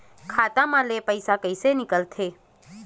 खाता मा ले पईसा कइसे निकल थे?